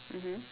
mmhmm